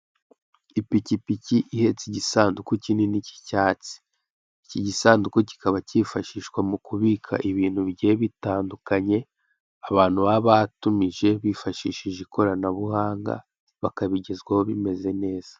Ipikipiki ihetse igisanduku kinini k'icyatsi, iki gisanduku kikaba kifashishwa mukubika ibintu bigiye bitandukanye abantu baba batumije bifashishije ikoranabuhanga bakabigezwaho bimeze neza.